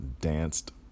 danced